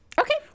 Okay